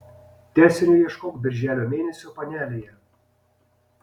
tęsinio ieškok birželio mėnesio panelėje